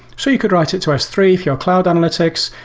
so you could write it to s three if you're a cloud analytics.